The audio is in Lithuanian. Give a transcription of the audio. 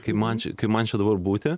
kai man čia kaip man čia dabar būti